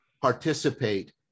participate